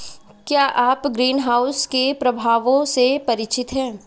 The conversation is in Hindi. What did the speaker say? क्या आप ग्रीनहाउस के प्रभावों से परिचित हैं?